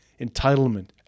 Entitlement